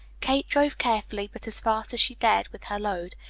kate drove carefully, but as fast as she dared with her load.